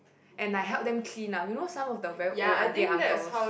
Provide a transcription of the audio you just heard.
and I help them clean lah you know some of the very old aunty uncles